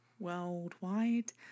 worldwide